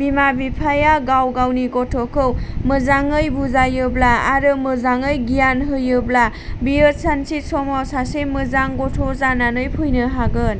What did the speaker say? बिमा बिफाया गाव गावनि गथ'खौ मोजाङै बुजायोब्ला आरो मोजाङै गियान होयोब्ला बियो सानसे समाव सासे मोजां गथ' जानानै फैनो हागोन